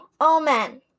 Amen